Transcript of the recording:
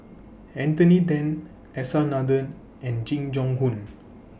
Anthony Then S R Nathan and Jing Jun Hong